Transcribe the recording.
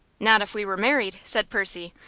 not if we were married, said percy,